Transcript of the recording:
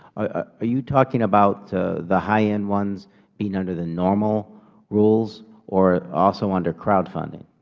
ah you talking about the high end ones being under the normal rules or also under crowdfunding?